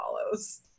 follows